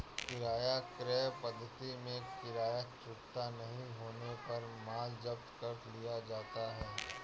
किराया क्रय पद्धति में किराया चुकता नहीं होने पर माल जब्त कर लिया जाता है